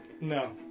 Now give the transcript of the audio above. No